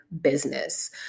business